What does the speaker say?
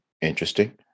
interesting